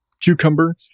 cucumber